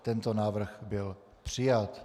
Tento návrh byl přijat.